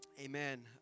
Amen